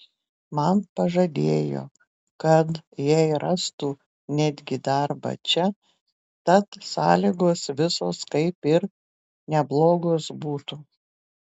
man pažadėjo kad jai rastų netgi darbą čia tad sąlygos visos kaip ir neblogos būtų